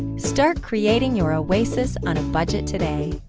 start creating your oasis on a budget today.